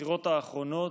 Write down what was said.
בבחירות האחרונות,